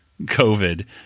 COVID